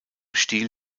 stil